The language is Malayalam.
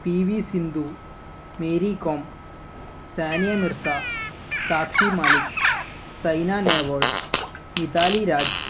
P V Sindhu Mary Kom Sania Mirza Sakshi Malik Saina Nehwal Mithali Raj